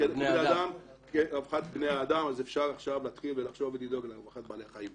כבני אדם ואפשר עכשיו להתחיל לחשוב ולדאוג לרווחת בעלי החיים.